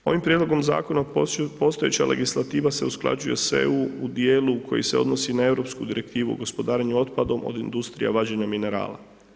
Ovim prijedlogom zakona postojeća legislativa se usklađuje sa EU u dijelu koji se odnosi na europsku direktivu gospodarenja otpadom od industrije vađenja minerala.